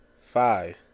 five